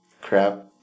crap